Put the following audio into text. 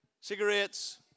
cigarettes